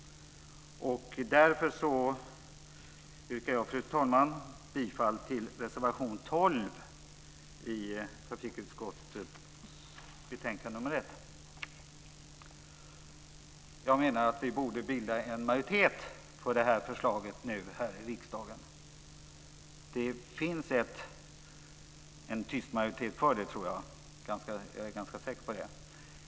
Därför yrkar jag, fru talman, bifall till reservation Jag menar att vi nu borde bilda en majoritet för förslaget här i riksdagen. Det finns en tyst majoritet för det. Jag är ganska säker på det.